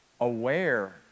aware